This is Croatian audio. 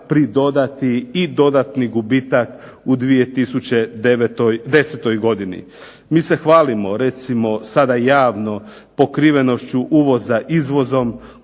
pridodati i dodatni gubitak u 2010. godini. Mi se hvalimo recimo sada javno pokrivenošću uvoza izvozom